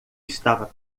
estava